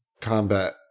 combat